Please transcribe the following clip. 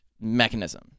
mechanism